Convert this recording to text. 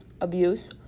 abuse